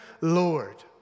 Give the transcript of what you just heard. Lord